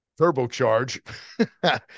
turbocharge